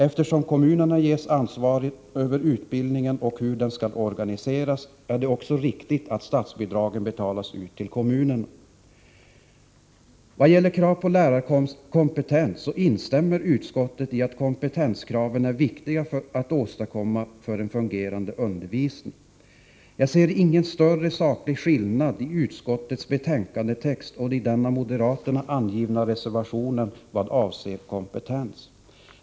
Eftersom kommunerna ges ansvaret över utbildningen och för hur den skall organiseras är det riktigt att statsbidragen betalas ut till kommunerna. Vad gäller krav på lärarkompetens instämmer utskottet i att kompetenskraven är viktiga för att åstadkomma en fungerande undervisning. Jag ser ingen större saklig skillnad mellan utskottets betänkandetext och den av moderaterna avgivna reservationen vad avser kompetens.